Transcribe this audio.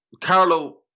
Carlo